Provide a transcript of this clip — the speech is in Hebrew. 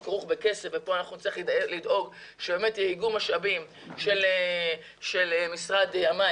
הוא כרוך בכסף וכאן נצטרך לדאוג שבאמת יהיה איגום משאבים של משרד המים.